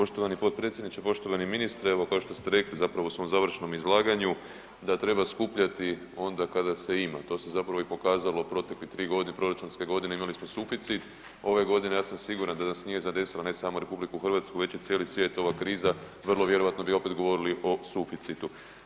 Poštovani potpredsjedniče, poštovani ministre evo kao što ste rekli zapravo smo u završnom izlaganju da treba skupljati onda kada se ima, to se zapravo i pokazalo u protekle tri godine, proračunske godine imali smo suficit, ove godine ja sam siguran da nas nije zadesila ne samo RH već i cijeli svijet ova kriza vrlo vjerojatno bi opet govorili o suficitu.